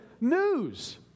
news